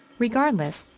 regardless,